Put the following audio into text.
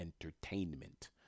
entertainment